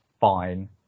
fine